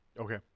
Okay